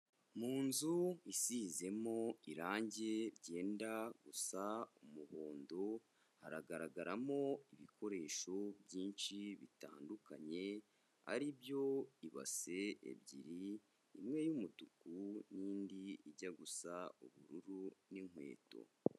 Mu nzu isizemo irange ryenda gusa umuhondo, hagaragaramo ibikoresho byinshi bitandukanye, aribyo ibase ebyiri, imwe y'umutuku n'indi ijya gusa ubururu n'inkweto.